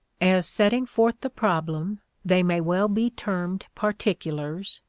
as setting forth the problem, they may well be termed particulars,